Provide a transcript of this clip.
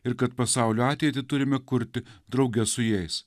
ir kad pasaulio ateitį turime kurti drauge su jais